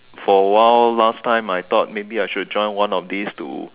for a while last time I thought maybe I should join one of this to